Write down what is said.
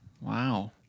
Wow